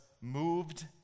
moved